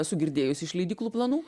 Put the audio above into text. esu girdėjusi iš leidyklų planų